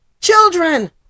Children